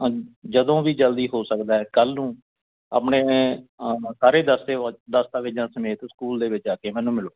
ਹੰ ਜਦੋਂ ਵੀ ਜਲਦੀ ਹੋ ਸਕਦਾ ਕੱਲ੍ਹ ਨੂੰ ਆਪਣੇ ਸਾਰੇ ਦਸਤੇਵ ਦਸਤਾਵੇਜ਼ਾਂ ਸਮੇਤ ਸਕੂਲ ਦੇ ਵਿੱਚ ਆ ਕੇ ਮੈਨੂੰ ਮਿਲੋ